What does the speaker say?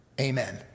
Amen